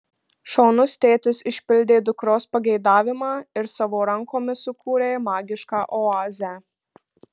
šaunus tėtis išpildė dukros pageidavimą ir savo rankomis sukūrė magišką oazę